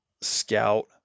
scout